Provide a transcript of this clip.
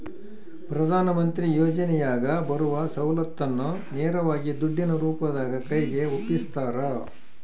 ಪ್ರಧಾನ ಮಂತ್ರಿ ಯೋಜನೆಯಾಗ ಬರುವ ಸೌಲತ್ತನ್ನ ನೇರವಾಗಿ ದುಡ್ಡಿನ ರೂಪದಾಗ ಕೈಗೆ ಒಪ್ಪಿಸ್ತಾರ?